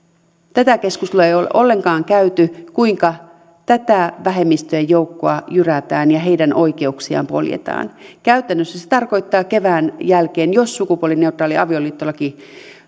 tätä keskustelua ei ole ollenkaan käyty kuinka tätä vähemmistöjen joukkoa jyrätään ja heidän oikeuksiaan poljetaan käytännössä se se tarkoittaa kevään jälkeen jos sukupuolineutraali avioliittolaki